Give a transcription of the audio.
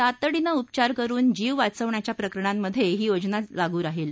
तातडीनं उपचार करुन जीव वाचवण्याच्या प्रकरणांमधे ही योजना लागू राहील